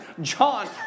John